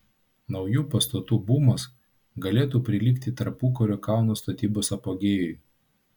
naujų pastatų bumas galėtų prilygti tarpukario kauno statybos apogėjui